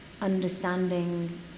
understanding